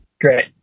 Great